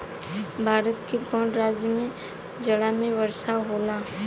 भारत के कवना राज्य में जाड़ा में वर्षा होला?